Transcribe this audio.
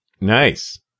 Nice